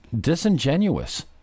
disingenuous